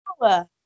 power